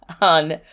On